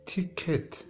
Ticket